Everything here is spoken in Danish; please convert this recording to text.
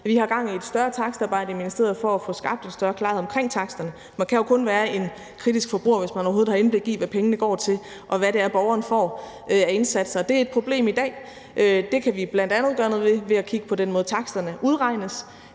Vi har gang i et større takstarbejde i ministeriet for at få skabt en større klarhed omkring taksterne. Man kan jo kun være en kritisk forbruger, hvis man overhovedet har indblik i, hvad pengene går til, og hvad det er, borgerne får af indsatser. Det er et problem i dag, og det kan vi bl.a. gøre noget ved ved at kigge på den måde, taksterne udregnes